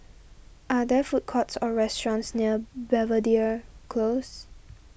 are there food courts or restaurants near Belvedere Close